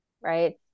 right